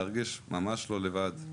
להרגיש ממש לא לבד.